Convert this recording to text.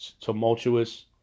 tumultuous